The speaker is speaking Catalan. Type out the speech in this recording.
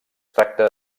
tracta